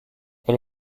elle